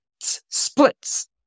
splits